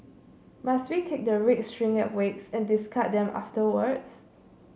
must we take the red string at wakes and discard them afterwards